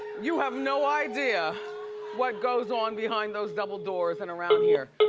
you have no idea what goes on behind those double doors and around here.